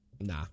Nah